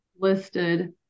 listed